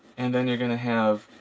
and then you're going to have